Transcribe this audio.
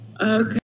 Okay